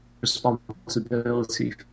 responsibility